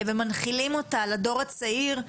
ומנחילים אותה לדור הצעיר,